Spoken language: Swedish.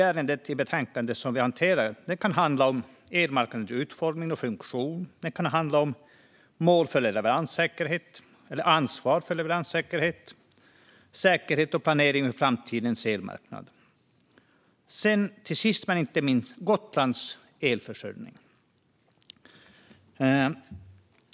Ärendena som vi hanterar kan handla om elmarknadens utformning och funktion, mål eller ansvar för leveranssäkerhet och säkerhet och planering för framtidens elmarknad samt, sist men inte minst, Gotlands elförsörjning.